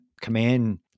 command